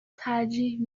ترجیح